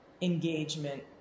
engagement